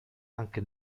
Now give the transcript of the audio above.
anche